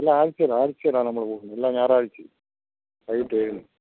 എല്ലാ ആഴ്ച്ചയിലാണ് ആഴ്ച്ചയിലാണ് നമ്മൾ പോകുന്നു എല്ലാ ഞായറാഴ്ച്ചയും വൈകിയിട്ടേഴ് മണിക്ക്